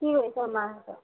কি কৰিছে মাহঁতে